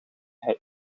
hij